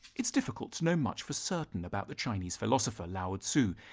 it's difficult to know much for certain about the chinese philosopher lao ah tzu.